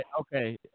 okay